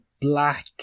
Black